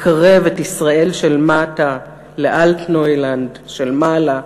לקרב את ישראל של מטה ל"אלטנוילנד" של מעלה,